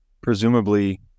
presumably